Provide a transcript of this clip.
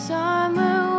Summer